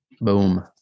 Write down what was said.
boom